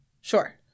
Sure